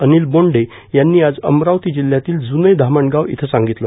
अनिल बोंडे यांनी आज अमरावती जिल्ह्यातील ज्ने धामणगाव इथं सांगितले